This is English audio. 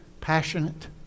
passionate